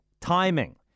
Timing